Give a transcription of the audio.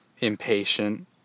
Impatient